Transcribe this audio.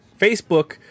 Facebook